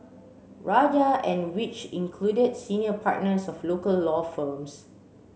rajah and which included senior partners of local law firms